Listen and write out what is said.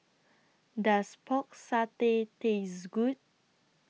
Does Pork Satay Taste Good